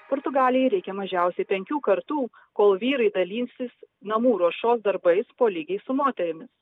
portugalijai reikia mažiausiai penkių kartų kol vyrai dalysis namų ruošos darbais po lygiai su moterimis